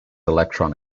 electron